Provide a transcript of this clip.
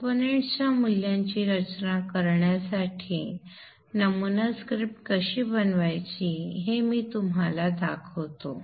components च्या मूल्यांची रचना करण्यासाठी नमुना स्क्रिप्ट कशी बनवायची हे मी तुम्हाला दाखवतो